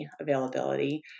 availability